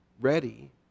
ready